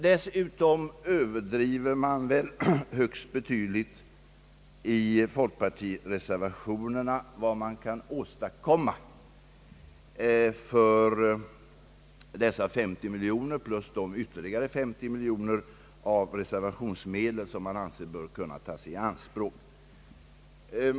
Dessutom överdriver man väl högst betydligt i folkpartireservationerna vad man kan åstadkomma för dessa 50 miljoner kronor plus de ytterligare 50 miljoner kronor av reservationsmedel som man anser bör kunna tas i anspråk.